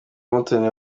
umutoni